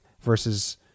versus